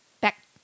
back